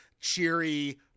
cheery